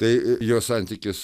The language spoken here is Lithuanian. tai jo santykis